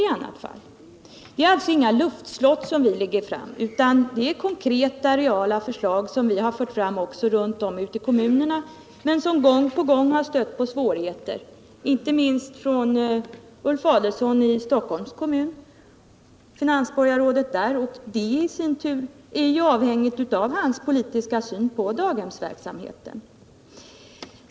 De förslag som vi lägger fram är alltså inga luftslott utan konkreta reala förslag, som vi har fört fram runt om i kommunerna. Dessa har dock gång på gång stött på svårigheter, inte minst hos finansborgarrådet i Stockholms kommun Ulf Adelsohn. De svårigheterna är i sin tur beroende på hans politiska syn på daghemsverksamheten.